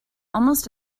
almost